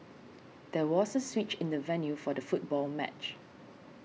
there was a switch in the venue for the football match